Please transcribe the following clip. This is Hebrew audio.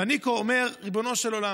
ואני פה אומר: ריבונו של עולם,